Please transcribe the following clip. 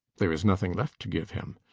there is nothing left to give him.